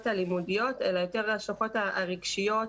הלימודיות אלא יותר על ההשלכות הרגשיות,